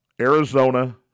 Arizona